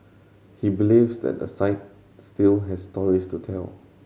he believes that the site still has stories to tell